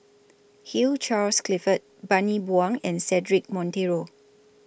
Hugh Charles Clifford Bani Buang and Cedric Monteiro